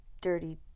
dirty